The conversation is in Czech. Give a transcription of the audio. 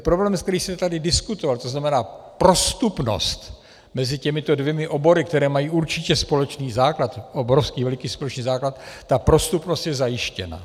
Problém, který se tady diskutoval, to znamená prostupnost mezi těmito dvěma obory, které mají určitě společný základ, obrovský veliký společný základ, ta prostupnost je zajištěna.